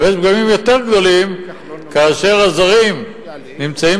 אבל יש פגמים יותר גדולים כאשר הזרים נמצאים